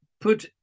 put